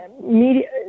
Media